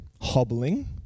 hobbling